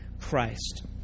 Christ